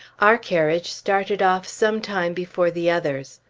our carriage started off some time before the others.